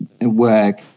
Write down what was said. work